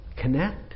connect